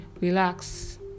relax